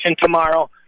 tomorrow